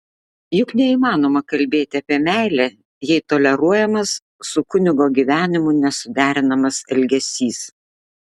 juk neįmanoma kalbėti apie meilę jei toleruojamas su kunigo gyvenimu nesuderinamas elgesys